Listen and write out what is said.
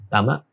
Tama